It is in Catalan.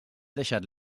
deixat